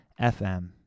FM